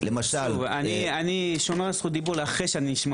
אשמור את זכות הדיבור לאחרי שאשמע